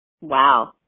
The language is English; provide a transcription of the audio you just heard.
Wow